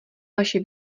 vaše